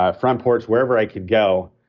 ah front porch, wherever i could go,